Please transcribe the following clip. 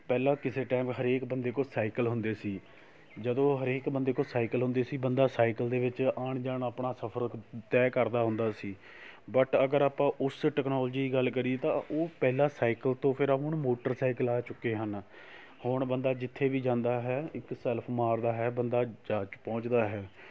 ਪਹਿਲਾਂ ਕਿਸੇ ਟਾਇਮ ਹਰੇਕ ਬੰਦੇ ਕੋਲ ਸਾਈਕਲ ਹੁੰਦੇ ਸੀ ਜਦੋਂ ਹਰੇਕ ਬੰਦੇ ਕੋਲ ਸਾਈਕਲ ਹੁੰਦੇ ਸੀ ਬੰਦਾ ਸਾਈਕਲ ਦੇ ਵਿੱਚ ਆਉਣ ਜਾਣ ਆਪਣਾ ਸਫ਼ਰ ਤੈਅ ਕਰਦਾ ਹੁੰਦਾ ਸੀ ਬਟ ਅਗਰ ਆਪਾਂ ਉਸ ਟਕਨੋਲਜੀ ਦੀ ਗੱਲ ਕਰੀਏ ਤਾਂ ਉਹ ਪਹਿਲਾਂ ਸਾਈਕਲ ਤੋਂ ਫਿਰ ਆਹ ਹੁਣ ਮੋਟਰਸਾਈਕਲ ਆ ਚੁੱਕੇ ਹਨ ਹੁਣ ਬੰਦਾ ਜਿੱਥੇ ਵੀ ਜਾਂਦਾ ਹੈ ਇੱਕ ਸੈਲਫ਼ ਮਾਰਦਾ ਹੈ ਬੰਦਾ ਜਾ ਚ ਪਹੁੰਚਦਾ ਹੈ